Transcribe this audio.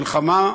מלחמה,